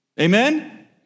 Amen